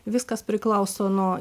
viskas priklauso nuo